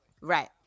Right